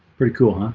pretty cool, huh?